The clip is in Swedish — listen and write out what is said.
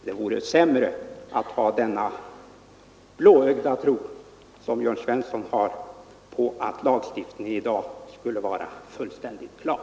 Det vore sämre att ha den blåögda tro som Jörn Svensson har på att lagstiftningen i dag skulle vara fullständigt klar.